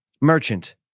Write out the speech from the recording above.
merchant